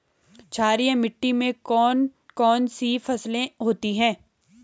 क्षारीय मिट्टी में कौन कौन सी फसलें होती हैं?